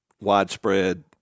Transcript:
widespread